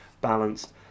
balanced